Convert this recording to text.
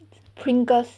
Pringles